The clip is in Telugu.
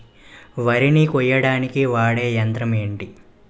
వరి ని కోయడానికి వాడే యంత్రం ఏంటి?